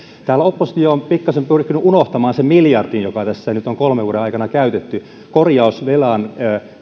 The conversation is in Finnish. täällä oppositio on pikkasen pyrkinyt unohtamaan sen miljardin mikä tässä nyt on kolmen vuoden aikana käytetty korjausvelan